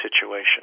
situation